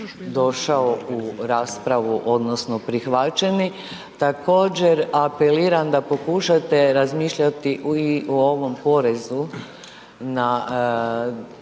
došao u raspravo odnosno prihvaćeni. Također, apeliram da pokušate razmišljati i o ovom porezu na